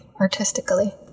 artistically